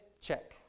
Check